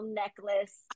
necklace